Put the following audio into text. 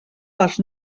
dels